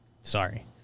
Sorry